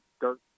dirt